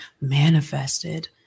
manifested